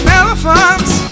elephants